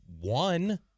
one